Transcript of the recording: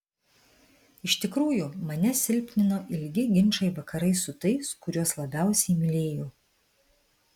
iš tikrųjų mane silpnino ilgi ginčai vakarais su tais kuriuos labiausiai mylėjau